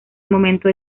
momento